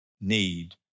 need